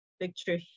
picture